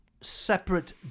separate